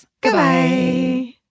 Goodbye